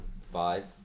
five